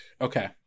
Okay